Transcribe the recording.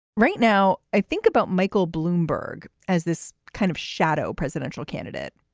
right now, i think about michael bloomberg as this kind of shadow presidential candidate.